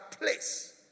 place